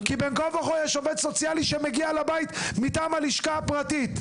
כי בין כה וככה יש עובד סוציאלי שמגיע לבית מטעם הלשכה הפרטית.